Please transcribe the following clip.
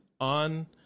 on